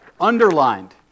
underlined